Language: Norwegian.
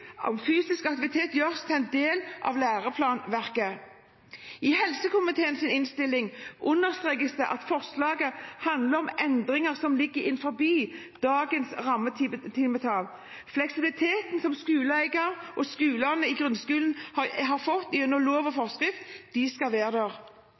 at fysisk aktivitet gjøres til en del av læreplanverket. I helsekomiteens innstilling understrekes det at forslaget handler om endringer som ligger innenfor dagens rammetimetall. Fleksibiliteten som skoleeiere og grunnskolene har fått gjennom lov og